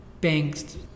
banks